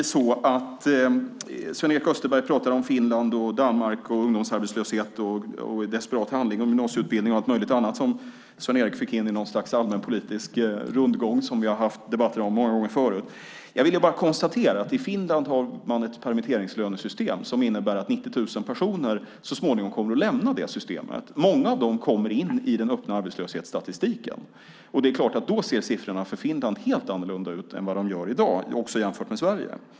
Sven-Erik Österberg pratar om Finland, Danmark, ungdomsarbetslöshet och desperat handling, gymnasieutbildning och allt möjligt annat som Sven-Erik Österberg fick in i något slags allmänpolitisk rundgång som vi har haft debatter om många gånger förut. Jag vill bara konstatera att man i Finland har ett permitteringslönesystem och att 90 000 personer så småningom kommer att lämna det systemet. Många av dem kommer in i den öppna arbetslöshetsstatistiken. Då ser siffrorna för Finland helt annorlunda ut än vad de gör i dag också jämfört med Sverige.